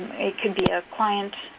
it could be a client